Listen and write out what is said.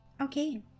Okay